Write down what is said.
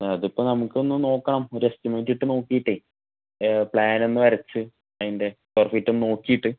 അതിപ്പോ നമുക്കൊന്ന് നോക്കണം ഒരു എസ്റ്റിമേറ്റ് ഇട്ട് നോക്കീട്ടെ പ്ലാൻ ഒന്ന് വരച്ച് അതിൻ്റെ സ്ക്വയർ ഫീറ്റ് ഒന്ന് നോക്കിയിട്ട്